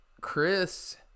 chris